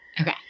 Okay